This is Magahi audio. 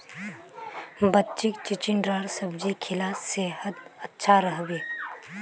बच्चीक चिचिण्डार सब्जी खिला सेहद अच्छा रह बे